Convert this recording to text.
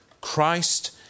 Christ